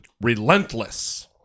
Relentless